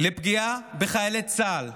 לפגיעה בחיילי צה"ל?